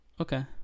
Okay